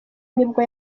nibwo